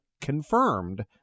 confirmed